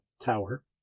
tower